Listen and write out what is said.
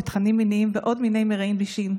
תכנים מיניים ועוד מיני מרעין בישין,